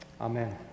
Amen